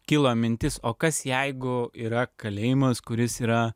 kilo mintis o kas jeigu yra kalėjimas kuris yra